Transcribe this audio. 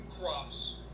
crops